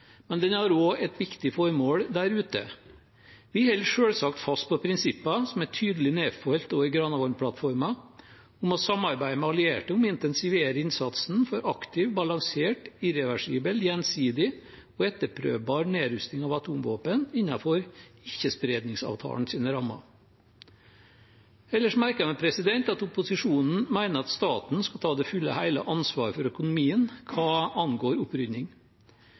men den har også et viktig formål der ute. Vi holder selvsagt fast på prinsipper som er tydelig nedfelt også i Granavolden-plattformen, om å samarbeide med allierte om å intensivere innsatsen for aktiv, balansert, irreversibel, gjensidig og etterprøvbar nedrustning av atomvåpen innenfor ikkespredningsavtalens rammer. Ellers merker jeg meg at opposisjonen mener at staten skal ta det fulle og hele ansvaret for økonomien hva angår